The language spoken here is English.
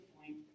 point